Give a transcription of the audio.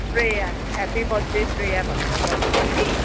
Shreya happy birthday Shreya भनेर गरिदिनुहोस् कि